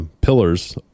pillars